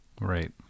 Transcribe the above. Right